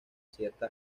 cierta